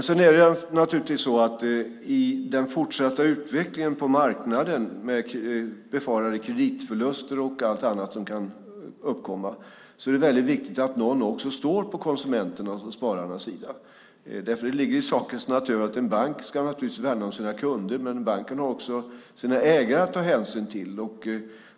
Sedan är det i den fortsatta utvecklingen på marknaden med befarade kreditförluster och allt annat som kan uppkomma naturligtvis väldigt viktigt att någon också står på konsumenternas och spararnas sida. Det ligger i sakens natur att en bank naturligtvis ska värna om sina kunder. Men banken har också sina ägare att ta hänsyn till.